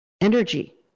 energy